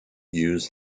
use